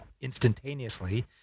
instantaneously